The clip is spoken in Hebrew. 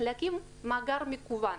להקים מאגר מקוון.